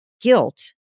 Guilt